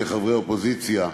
כחברי אופוזיציה,